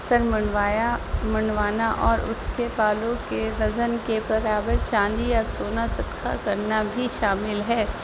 سر منڈوایا منڈوانا اور اس کے بالوں کے وزن کے برابر چاندی یا سونا سطخہ کرنا بھی شامل ہے